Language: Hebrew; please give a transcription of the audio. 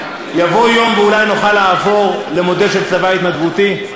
יבוא יום ואולי נוכל לעבור למודל של צבא התנדבותי.